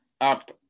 up